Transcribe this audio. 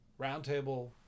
Roundtable